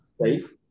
safe